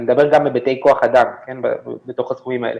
אני מדבר גם בהיבטי כוח אדם בתוך הסכומים האלה,